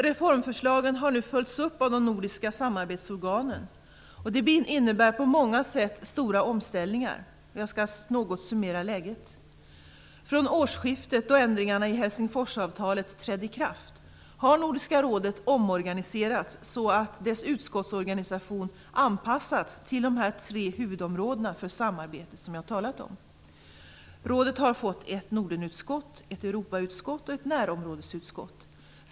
Reformförslagen har nu följts upp av de nordiska samarbetsorganen. Det innebär på många sätt stora omställningar. Jag skall något summera läget. Från årsskiftet, då ändringarna i Helsingforsavtalet trädde i kraft, har Nordiska rådet omorganiserats så att dess utskottsorganisation anpassats till de tre huvudområden för samarbete som jag talade om. Rådet har fått ett Nordenutskott, ett Europautskott och ett närområdesutskott.